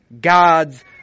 God's